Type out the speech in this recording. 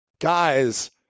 Guys